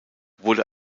wurde